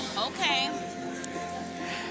Okay